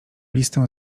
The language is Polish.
listę